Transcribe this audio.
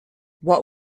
what